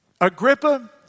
Agrippa